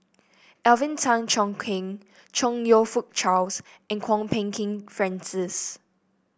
Alvin Tan Cheong Kheng Chong You Fook Charles and Kwok Peng Kin Francis